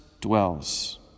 dwells